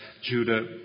Judah